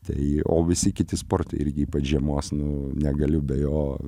tai o visi kiti sportai ir ypač žiemos nu negaliu be jo